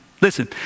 Listen